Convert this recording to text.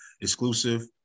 exclusive